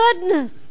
Goodness